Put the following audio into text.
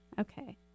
Okay